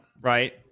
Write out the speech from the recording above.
right